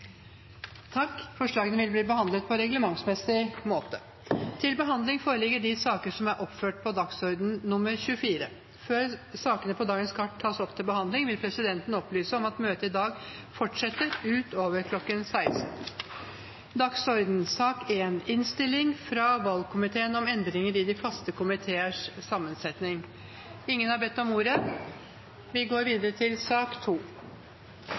Forslagene vil bli behandlet på reglementsmessig måte. Før sakene på dagens kart tas opp til behandling, vil presidenten opplyse om at møtet i dag fortsetter utover kl. 16. Ingen har bedt om ordet. Etter ønske fra justiskomiteen vil presidenten ordne debatten slik: 5 minutter til hver partigruppe og 5 minutter til medlemmer av regjeringen. Videre vil det – innenfor den fordelte taletid – bli gitt anledning til